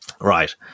Right